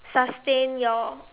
sustain your